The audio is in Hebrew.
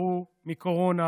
נפטרו מקורונה